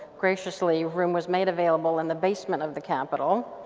gracioulsy room was made available in the basement of the capital.